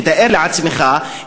תאר לעצמך,